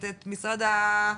את משרד הפנים,